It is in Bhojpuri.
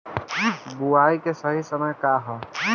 बुआई के सही समय का वा?